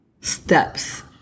steps